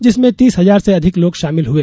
जिसमें तीस हजार से अधिक लोग शामिल हुए